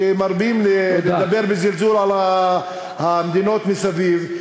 מרבים לדבר בזלזול על המדינות מסביב,